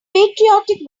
patriotic